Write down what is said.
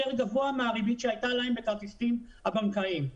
גבוה מהריבית שהייתה להם בכרטיסים הבנקאיים.